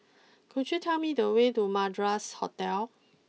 could you tell me the way to Madras Hotel